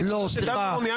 כי כשדנו --- לא,